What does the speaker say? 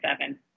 seven